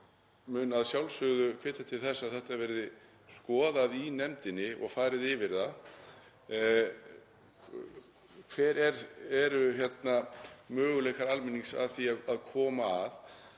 mun að sjálfsögðu hvetja til þess að þetta verði skoðað í nefndinni og farið yfir það hverjir möguleikar almennings eru á því að koma að.